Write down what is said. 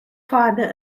father